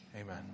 Amen